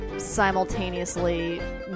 simultaneously